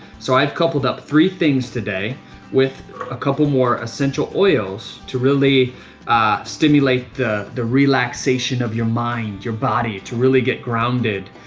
so i'd coupled up three things today with a couple more essential oils to really stimulate the the relaxation of your mind, your body to really get grounded.